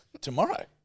tomorrow